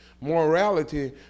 Morality